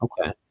Okay